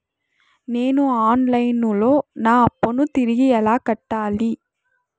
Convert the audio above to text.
నేను online లో నా అప్పును తిరిగి ఎలా కట్టాలి?